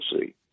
see